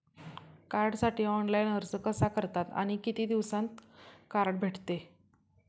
कार्डसाठी ऑनलाइन अर्ज कसा करतात आणि किती दिवसांत कार्ड भेटते?